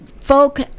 folk